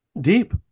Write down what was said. deep